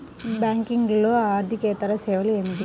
బ్యాంకింగ్లో అర్దికేతర సేవలు ఏమిటీ?